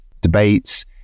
debates